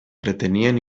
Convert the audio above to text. pretenien